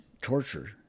torture